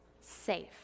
safe